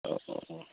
औ औ औ